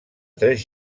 tres